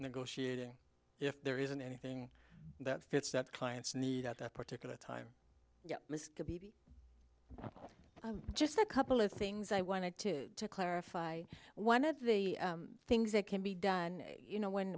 negotiating if there isn't anything that fits that client's need at that particular time yet ok just a couple of things i wanted to clarify one of the things that can be done you know when